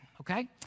okay